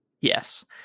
yes